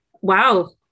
wow